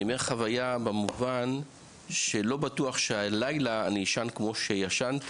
אני אומר חוויה במובן שלא בטוח שהלילה אני אשן כמו שישנתי,